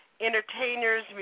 entertainers